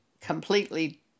completely